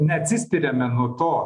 neatsispiriame nuo to